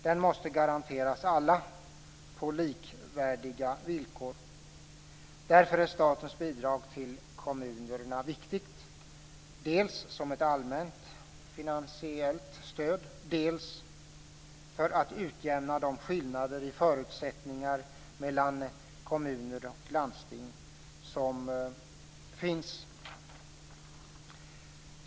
Den måste garanteras alla på likvärdiga villkor. Därför är statens bidrag till kommunerna viktigt, dels som ett allmänt finansiellt stöd, dels för att utjämna de skillnader i förutsättningar mellan kommuner och landsting som finns.